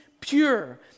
pure